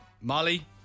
Molly